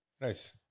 Nice